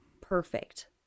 perfect